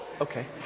Okay